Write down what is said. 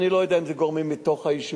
אני לא יודע אם זה גורמים מתוך היישוב,